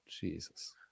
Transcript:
Jesus